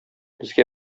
безгә